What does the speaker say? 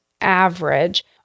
average